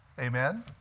Amen